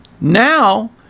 Now